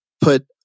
put